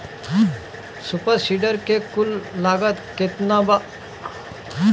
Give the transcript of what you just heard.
Super seeder के कुल लागत केतना बा?